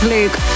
Luke